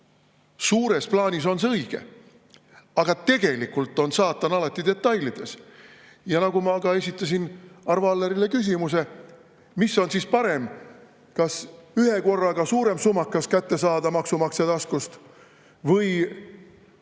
suures plaanis on see õige. Aga tegelikult on saatan alati detailides. Ma ka esitasin Arvo Allerile küsimuse, mis on siis parem, kas ühekorraga suurem sumakas kätte saada maksumaksja taskust või